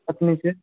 पत्नी से